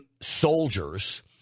soldiers